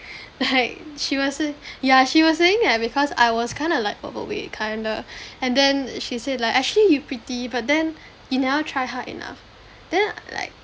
like she was say~ yeah she was saying that because I was kinda like overweight kinda and then she said like actually you pretty but then you never try hard enough then like